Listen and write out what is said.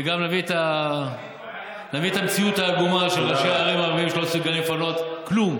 וגם נביא את המציאות העגומה של ראשי ערים ערבים שלא מסוגלים לפנות כלום.